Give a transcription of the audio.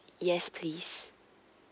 yes please